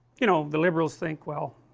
you know the liberals think, well